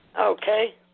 Okay